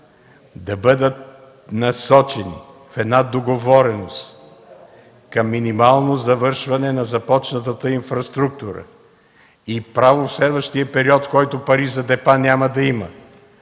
да бъдат насочени в договореност към минимално завършване на започнатата инфраструктура и право в следващия период, в който пари за депа няма да има,